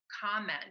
comment